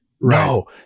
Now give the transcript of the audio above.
No